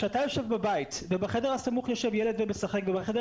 כשאתה יושב בבית ובחדר הסמוך ושב ילד ומשחק ובחדר